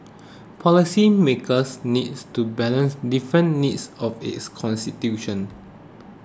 policymakers need to balance different needs of its constitution